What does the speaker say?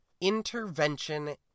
intervention